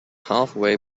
halfway